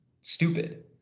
stupid